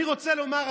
אני רוצה לומר,